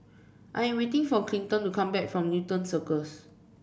I am waiting for Clinton to come back from Newton Circus